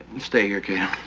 stay here, kato.